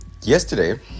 Yesterday